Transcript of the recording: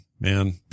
Man